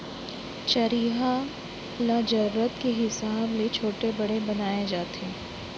चरिहा ल जरूरत के हिसाब ले छोटे बड़े बनाए जाथे